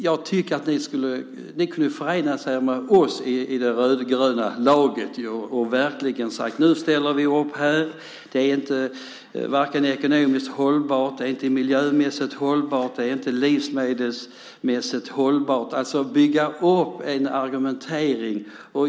Jag tycker att ni kunde förena er med oss i det rödgröna laget och verkligen säga att ni ställer upp på detta. Det är inte ekonomiskt, miljömässigt eller livsmedelsmässigt hållbart. Det gäller att bygga upp en argumentation.